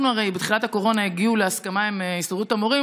אנחנו הרי בתחילת הקורונה הגענו להסכמה עם הסתדרות המורים